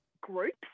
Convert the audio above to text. groups